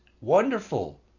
wonderful